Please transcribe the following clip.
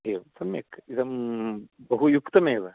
एवं सम्यक् इदं बहु युक्तमेव